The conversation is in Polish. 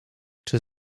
czy